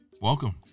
Welcome